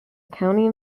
county